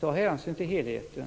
Ta hänsyn till helheten!